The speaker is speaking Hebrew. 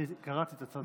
אני קראתי את הצעת החוק.